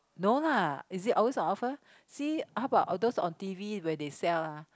no lah is it always on offer see how bout all those on t_v when they sell ah